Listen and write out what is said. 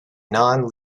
non